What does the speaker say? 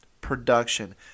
production